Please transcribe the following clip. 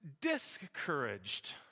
discouraged